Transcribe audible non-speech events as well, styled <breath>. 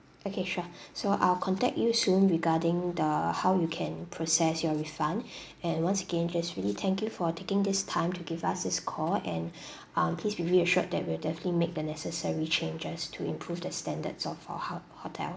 okay sure <breath> so I'll contact you soon regarding the how you can process your refund <breath> and once again just really thank you for taking this time to give us this call and <breath> uh please be reassured that we'll definitely make the necessary changes to improve the standards of our ho~ hotel